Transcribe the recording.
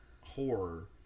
horror